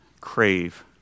crave